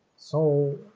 so